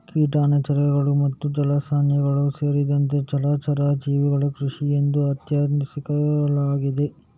ಕಠಿಣಚರ್ಮಿಗಳು ಮತ್ತು ಜಲಸಸ್ಯಗಳು ಸೇರಿದಂತೆ ಜಲಚರ ಜೀವಿಗಳ ಕೃಷಿ ಎಂದು ಅರ್ಥೈಸಿಕೊಳ್ಳಲಾಗಿದೆ